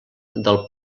del